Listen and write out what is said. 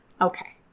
Okay